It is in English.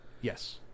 Yes